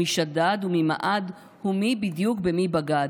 / ומי שדד ומי מעד ומי בדיוק במי בגד.